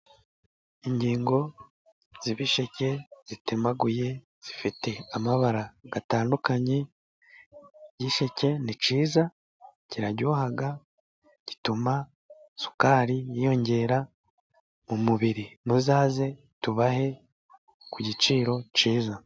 Ingingo z'ibisheke zitemaguye, zifite amabara atandukanye, igisheke ni cyiza kiraryoha gituma isukari yiyongera mu mubiri, muzaze tubahe ku giciro cyiza.